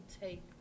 take